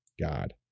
God